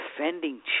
defending